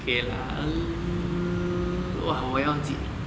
okay lah mm !wah! 我也忘记